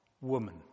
Woman